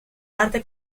arte